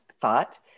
thought